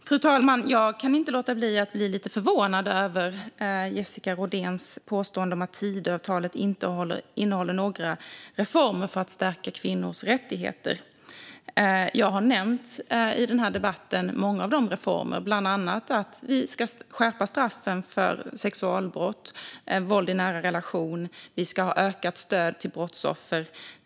Fru talman! Jag kan inte låta bli att bli lite förvånad över Jessica Rodéns påstående att Tidöavtalet inte innehåller några reformer för att stärka kvinnors rättigheter. Jag har i dagens debatt nämnt många av våra reformer, bland annat att vi ska skärpa straffen för sexualbrott och våld i nära relation och att vi ska öka stödet till brottsoffer.